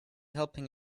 helping